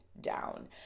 down